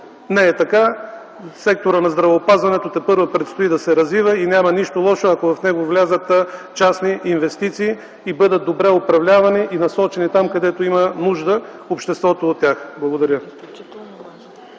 не е така. Секторът на здравеопазването тепърва предстои да се развива и няма нищо лошо, ако в него влязат частни инвестиции, бъдат добре управлявани и насочени там, където обществото има нужда от тях. Благодаря.